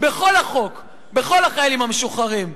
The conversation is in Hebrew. בכל החוק, בכל החיילים המשוחררים.